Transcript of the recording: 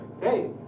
Hey